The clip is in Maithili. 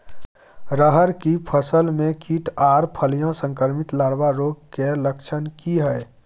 रहर की फसल मे कीट आर फलियां संक्रमित लार्वा रोग के लक्षण की हय?